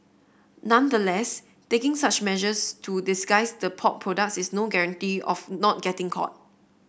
nonetheless taking such measures to disguise the pork products is no guarantee of not getting caught